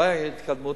ולא היתה התקדמות.